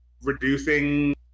reducing